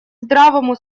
здравому